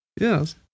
Yes